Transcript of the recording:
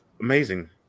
amazing